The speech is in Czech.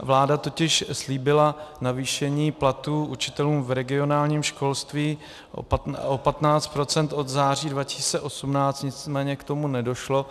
Vláda totiž slíbila navýšení platů učitelům v regionálním školství o 15 % od září 2018, nicméně k tomu nedošlo.